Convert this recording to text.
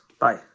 Bye